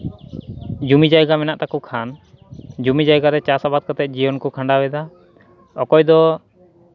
ᱡᱚᱢᱤ ᱡᱟᱭᱜᱟ ᱢᱮᱱᱟᱜ ᱛᱟᱠᱚ ᱠᱷᱟᱱ ᱡᱚᱢᱤ ᱡᱟᱭᱜᱟ ᱨᱮ ᱪᱟᱥ ᱟᱵᱟᱫ ᱠᱟᱛᱮᱫ ᱡᱤᱭᱚᱱ ᱠᱚ ᱠᱷᱟᱸᱰᱟᱣᱮᱫᱟ ᱚᱠᱚᱭ ᱫᱚ